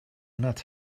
not